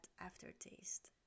aftertaste